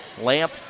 Lamp